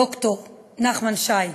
ד"ר נחמן שי.